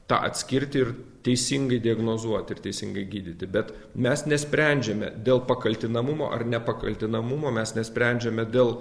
tą atskirti ir teisingai diagnozuoti ir teisingai gydyti bet mes nesprendžiame dėl pakaltinamumo ar nepakaltinamumo mes nesprendžiame dėl